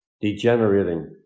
degenerating